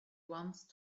once